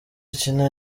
akina